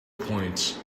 points